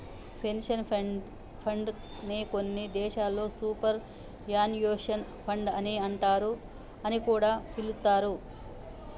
pension fund నే కొన్ని దేశాల్లో సూపర్ యాన్యుయేషన్ ఫండ్ అని కూడా పిలుత్తారు